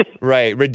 Right